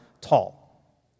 tall